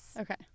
Okay